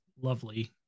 Lovely